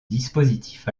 dispositif